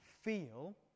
feel